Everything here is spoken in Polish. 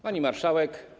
Pani Marszałek!